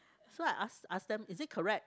so I ask ask them is it correct